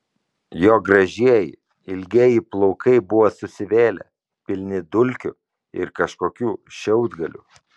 jo gražieji ilgieji plaukai buvo susivėlę pilni dulkių ir kažkokių šiaudgalių